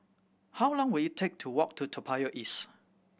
how long will it take to walk to Toa Payoh East